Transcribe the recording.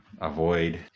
Avoid